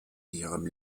ihrem